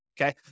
okay